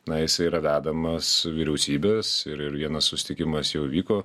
na jisai yra vedamas vyriausybės ir ir vienas susitikimas jau įvyko